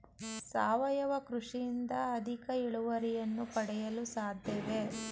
ಸಾವಯವ ಕೃಷಿಯಿಂದ ಅಧಿಕ ಇಳುವರಿಯನ್ನು ಪಡೆಯಲು ಸಾಧ್ಯವೇ?